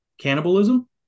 cannibalism